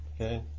okay